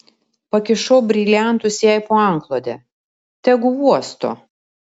pakišau briliantus jai po antklode tegu uosto